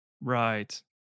right